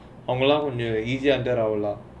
அவங்கெல்லாம் கொஞ்சம்:avanggelaam konjam easy ah